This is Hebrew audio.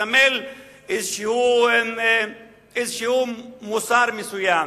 מסמל איזשהו מוסר מסוים,